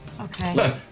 Okay